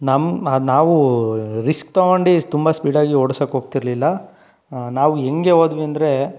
ನಮ್ಮ ನಾವು ರಿಸ್ಕ್ ತಗೊಂಡು ತುಂಬ ಸ್ಪೀಡ್ ಆಗಿ ಓಡಿಸೋಕ್ಕೆ ಹೋಗ್ತಿರ್ಲಿಲ್ಲ ಹಾನ್ ನಾವು ಹೇಗೆ ಹೋದ್ವಿ ಅಂದರೆ